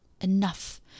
enough